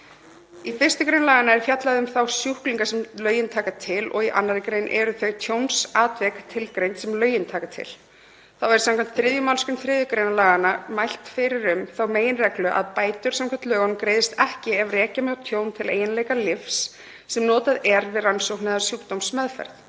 Í 1. gr. laganna er fjallað um þá sjúklinga sem lögin taka til og í 2. gr. eru þau tjónsatvik tilgreind sem lögin taka til. Þá er skv. 3. mgr. 3. gr. laganna mælt fyrir um þá meginreglu að bætur samkvæmt lögunum greiðist ekki ef rekja má tjón til eiginleika lyfs sem notað er við rannsókn eða sjúkdómsmeðferð.